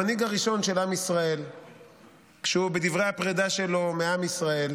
המנהיג הראשון של עם ישראל מדבר הרבה מאוד בדברי הפרדה שלו מעם ישראל